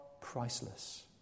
priceless